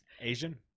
Asian